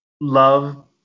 love